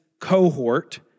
cohort